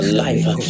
life